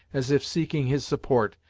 as if seeking his support,